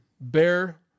bear